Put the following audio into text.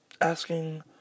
asking